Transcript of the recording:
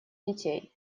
детей